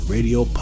Radio